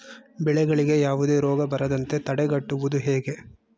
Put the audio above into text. ಬೆಳೆಗಳಿಗೆ ಯಾವುದೇ ರೋಗ ಬರದಂತೆ ತಡೆಗಟ್ಟುವುದು ಹೇಗೆ?